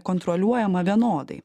kontroliuojama vienodai